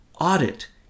audit